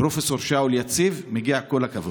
פרופ' שאול יציב, מגיע כל הכבוד.